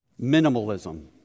minimalism